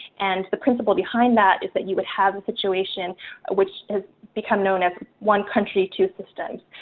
and the principle behind that is that you would have a situation which has become known as one country, two systems.